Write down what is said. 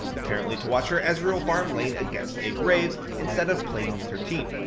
apparently to watch her ezreal farm lane against a graves, instead of playing with her team.